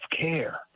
care